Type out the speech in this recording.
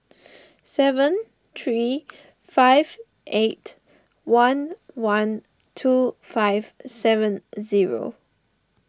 seven three five eight one one two five seven zero